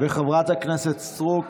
חברת הכנסת סטרוק.